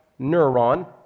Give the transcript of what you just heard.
neuron